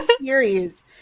series